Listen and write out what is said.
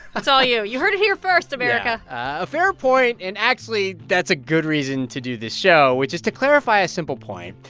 that's all you. you heard it here first, america yeah, a fair point. and, actually, that's a good reason to do this show, which is to clarify a simple point.